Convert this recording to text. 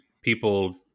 people